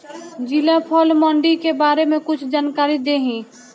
जिला फल मंडी के बारे में कुछ जानकारी देहीं?